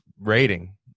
rating